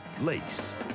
Lace